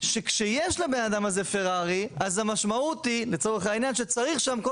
שכשיש לבן האדם הזה פרארי אז המשמעות היא לצורך העניין שצריך שם כל